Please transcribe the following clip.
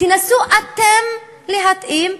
תנסו אתם להתאים,